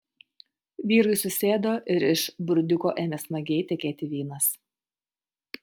vyrai susėdo ir iš burdiuko ėmė smagiai tekėti vynas